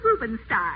Rubenstein